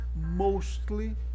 mostly